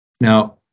Now